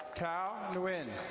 thao lu and